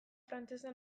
frantsesa